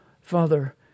Father